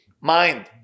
mind